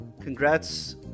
congrats